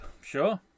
Sure